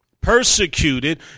Persecuted